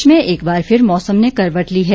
प्रदेश में एक बार फिर मौसम ने करवट ली है